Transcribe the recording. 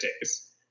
days